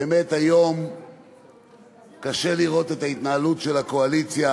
באמת היום קשה לראות את ההתנהלות של הקואליציה.